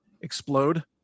explode